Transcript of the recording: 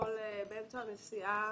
יכול באמצע הנסיעה